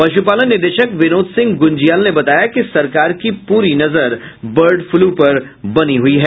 पशुपालन निदेशक विनोद सिंह गुंजियाल ने बताया कि सरकार की पूरी नजर बर्ड फ्लू पर है